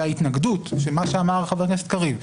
וההתנגדות, של מה שאמר חבר הכנסת קריב.